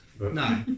no